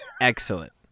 excellent